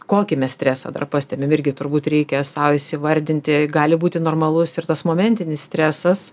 kokį mes stresą dar pastebim irgi turbūt reikia sau įsivardinti gali būti normalus ir tas momentinis stresas